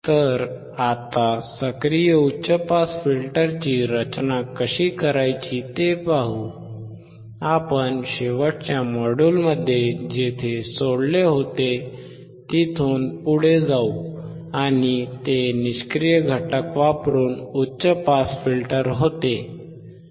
तर आता सक्रिय उच्च पास फिल्टरची रचना कशी करायची ते पाहू आपण शेवटच्या मॉड्यूलमध्ये जिथे सोडले होते तिथुन पुढे जाऊ आणि ते निष्क्रिय घटक वापरून उच्च पास फिल्टर होते